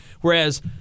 whereas